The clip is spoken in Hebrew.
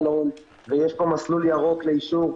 שיש כבר מסלול ירוק לאישור.